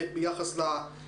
לפגוע בשכר המורים,